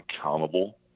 accountable